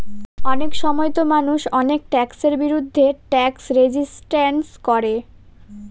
অনেক সময়তো মানুষ অনেক ট্যাক্সের বিরুদ্ধে ট্যাক্স রেজিস্ট্যান্স করে